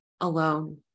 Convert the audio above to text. alone